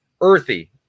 Earthy